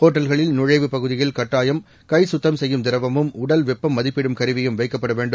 ஒட்டல்களில் நுழைவுப் பகுதியில் கட்டாயம் கைசுத்தம் செய்யும் திரவமும் உடல் வெப்பம் மதிப்பிடும் கருவியும் வைக்கப்பட வேண்டும்